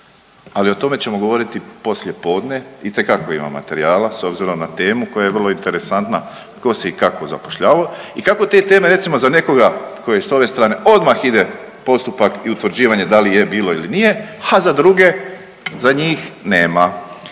Ali o tome ćemo govoriti poslije podne itekako imam materijala s obzirom na temu koja je vrlo interesantna tko se i kako zapošljavao. I kako te teme recimo za nekoga tko je s ove strane odmah ide postupak i utvrđivanje da li je bilo ili nije, a za druge, za njih nema.